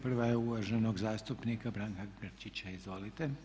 Prva je uvaženog zastupnika Branka Grčića, izvolite.